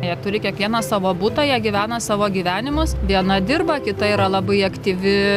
jie turi kiekvienas savo butą jie gyvena savo gyvenimus dieną dirba kita yra labai aktyvi